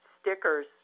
stickers